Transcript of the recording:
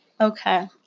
Okay